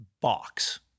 box